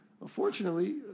Unfortunately